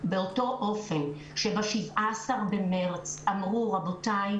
אופן שב-17 במרץ אמרו: רבותיי,